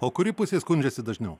o kuri pusė skundžiasi dažniau